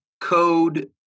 code